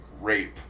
rape